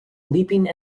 leaping